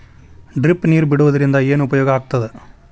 Drip ನೇರ್ ಬಿಡುವುದರಿಂದ ಏನು ಉಪಯೋಗ ಆಗ್ತದ?